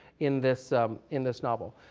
in this in this novel.